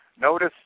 Notice